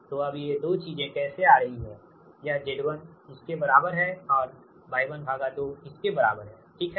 तो तो अब ये 2 चीजें कैसे आ रही यह Z1 इसके बराबर है और Y12 इसके बराबर है ठीक है